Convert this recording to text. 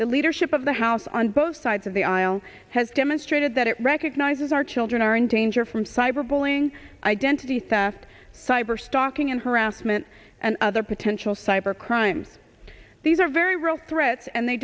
the leadership of the house on both sides of the aisle has demonstrated that it recognizes our children are in danger from cyberbullying identity theft cyber stalking and harassment and other potential cyber crime these are very real threats and they